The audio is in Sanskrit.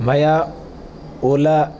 मया ओला